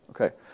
Okay